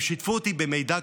הם שיתפו אותי במידע,